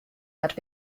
had